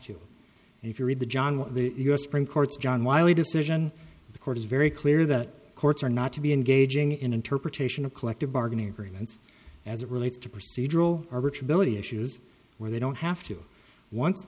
to and if you read the john the u s supreme court's john wiley decision the court is very clear that courts are not to be engaging in interpretation of collective bargaining agreements as it relates to proceed or rich ability issues where they don't have to once